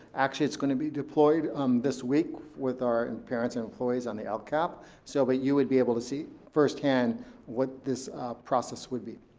actually, it's gonna be deployed um this week with our parents and employees on the lcap so but you would be able to see firsthand what this process would be.